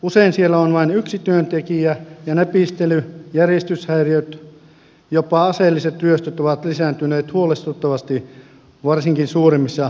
usein siellä on vain yksi työntekijä ja näpistely järjestyshäiriöt jopa aseelliset ryöstöt ovat lisääntyneet huolestuttavasti varsinkin suuremmissa kaupungeissa